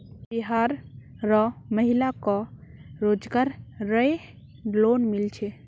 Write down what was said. बिहार र महिला क रोजगार रऐ लोन मिल छे